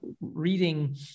reading